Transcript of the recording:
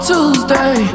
Tuesday